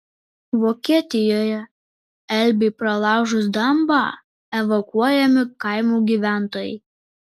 vokietijoje elbei pralaužus dambą evakuojami kaimų gyventojai